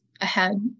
ahead